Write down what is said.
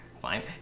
Fine